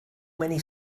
many